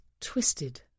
twisted